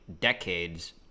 decades